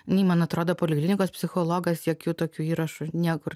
nei man atrodo poliklinikos psichologas jokių tokių įrašų niekur